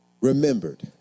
remembered